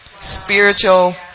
spiritual